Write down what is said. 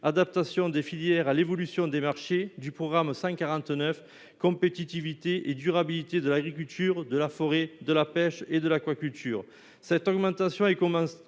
Adaptation des filières à l'évolution des marchés, du programme 149, « Compétitivité et durabilité de l'agriculture, de l'agroalimentaire, de la forêt, de la pêche et de l'aquaculture